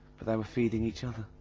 but they were feeding each other